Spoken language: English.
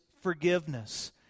forgiveness